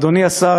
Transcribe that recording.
אדוני השר,